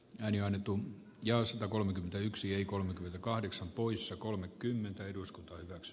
leonian etu ja satakolmekymmentäyksi eli kolmekymmentäkahdeksan poissa kolme kymmenettä eduskunta ix